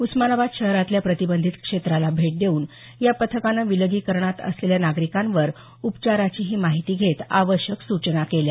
उस्मानाबाद शहरातल्या प्रतिबंधित क्षेत्राला भेट देऊन या पथकानं विलगीकरणात असलेल्या नागरिकांवर उपचाराचीही माहिती घेत आवश्यक सूचना केल्या